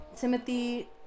Timothy